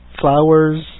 Flowers